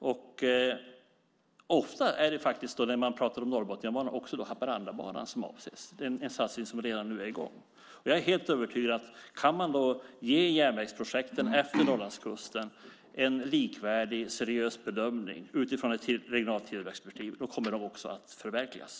När man pratar om Botniabanan är det ofta också Haparandabanan som avses, en satsning som redan nu är i gång. Jag är helt övertygad om att kan man ge projekten för järnvägar efter Norrlandskusten en likvärdig och seriös bedömning utifrån ett regionalt tillväxtperspektiv kommer de också att förverkligas.